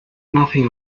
nothing